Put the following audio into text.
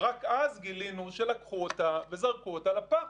ורק אז גילינו שלקחו אותה וזרקו אותה לפח,